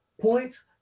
points